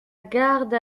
garde